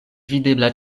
videbla